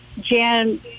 Jan